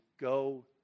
Go